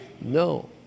no